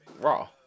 Raw